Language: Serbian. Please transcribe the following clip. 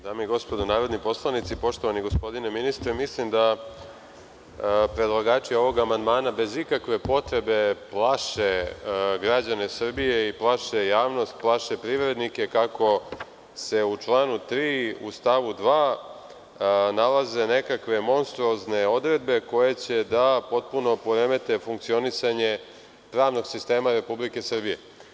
Dame i gospodo, narodni poslanici, poštovani gospodine ministre, mislim da predlagači ovog amandmana bez ikakve potrebe plaše građane Srbije, plaše javnost i plaše privrednike kako se u članu 3. u stavu 2. nalaze nekakve monstruozne odredbe koje će da potpuno poremete funkcionisanje pravnog sistema Republike Srbije.